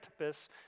Antipas